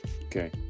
Okay